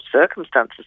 circumstances